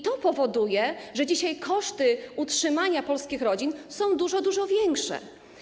To powoduje, że dzisiaj koszty utrzymania polskich rodzin są dużo, dużo wyższe.